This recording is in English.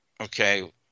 okay